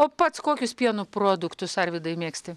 o pats kokius pieno produktus arvydai mėgsti